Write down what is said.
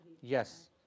Yes